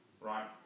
right